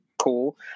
cool